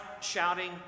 shouting